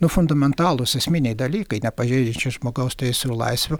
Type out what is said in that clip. nu fundamentalūs esminiai dalykai nepažeidžiantys žmogaus teisių ir laisvių